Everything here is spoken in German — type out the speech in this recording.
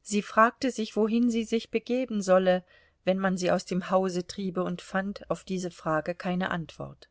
sie fragte sich wohin sie sich begeben solle wenn man sie aus dem hause triebe und fand auf diese frage keine antwort